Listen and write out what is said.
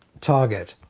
target.